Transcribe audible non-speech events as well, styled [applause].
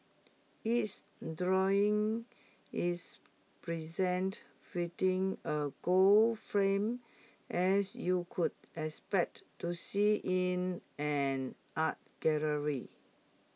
each drawing is presented [unintelligible] A gold frame as you could expect to see in an art gallery